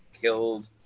killed